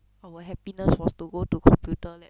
our happiness was to go to computer lab